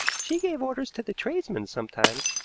she gave orders to the tradesmen sometimes,